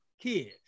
kids